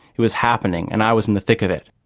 it was happening and i was in the thick of it.